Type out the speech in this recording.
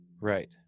Right